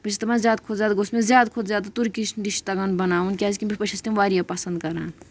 بہٕ چھَس دپان زیادٕ کھۄتہٕ زیادٕ گوٚژھ مےٚ زیادٕ کھۄتہٕ زیادٕ تُرکِش ڈِش تَگان بَناوُن کیازِ کہِ بہٕ چھَس تِم واریاہ پَسنٛد کَران